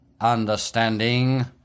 understanding